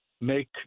make